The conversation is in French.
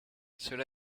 cela